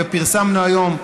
ופרסמנו היום,